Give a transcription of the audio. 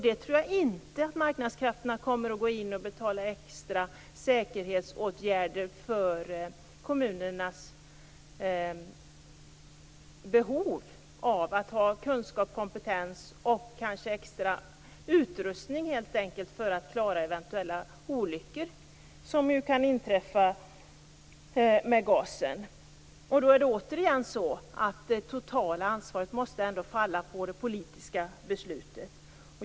Jag tror inte att marknadskrafterna kommer att gå in och betala för extra säkerhetsåtgärder, för kommunernas behov av att ha kunskap, kompetens och kanske helt enkelt extra utrustning för att klara eventuella olyckor som kan inträffa med gasen. Då är det återigen så att det totala ansvaret måste falla på dem som fattat det politiska beslutet.